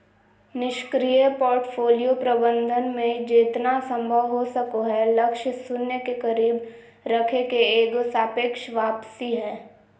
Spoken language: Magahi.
निष्क्रिय पोर्टफोलियो प्रबंधन मे जेतना संभव हो सको हय लक्ष्य शून्य के करीब रखे के एगो सापेक्ष वापसी हय